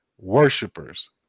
Worshippers